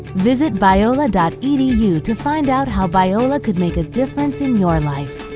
visit biola dot edu to find out how biola could make a difference in your life.